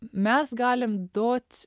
mes galim duot